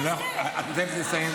את נותנת לי לסיים?